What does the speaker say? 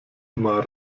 immer